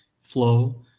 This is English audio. flow